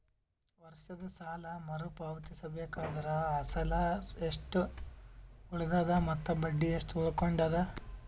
ವರ್ಷದ ಸಾಲಾ ಮರು ಪಾವತಿಸಬೇಕಾದರ ಅಸಲ ಎಷ್ಟ ಉಳದದ ಮತ್ತ ಬಡ್ಡಿ ಎಷ್ಟ ಉಳಕೊಂಡದ?